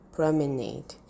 Promenade